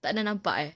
tak pernah nampak eh